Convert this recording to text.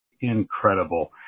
incredible